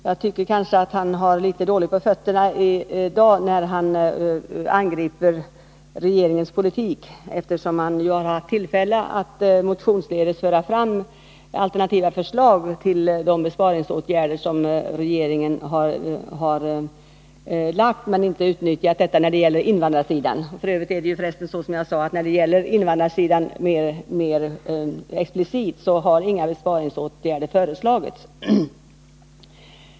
Jag tycker kanske att Alexander Chrisopoulos har litet dåligt på fötterna i dag, när han angriper regeringens politik, eftersom han ju haft tillfälle att motionsledes föra fram alternativa förslag i fråga om de besparingsåtgärder som regeringen presenterat, men inte utnyttjat detta när det gäller invandrarsidan. F. ö. är det så, som jag sade, att när det gäller invandrarsidan 141 mer explicit har inga besparingsåtgärder föreslagits.